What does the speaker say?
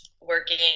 working